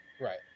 Right